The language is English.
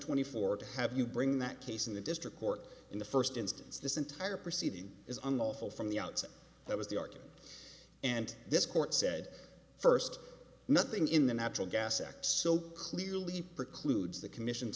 twenty four to have you bring that case in the district court in the first instance this entire proceeding is unlawful from the outset that was the argument and this court said first nothing in the natural gas act so clearly precludes the commission